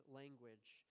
language